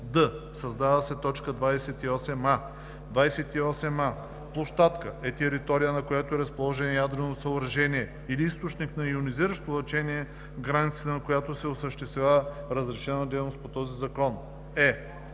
д) създава се т. 28а: „28а. „Площадка“ е територия, на която е разположено ядрено съоръжение или източник на йонизиращо лъчение, в границите на която се осъществява разрешена дейност по този закон.“;